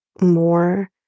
more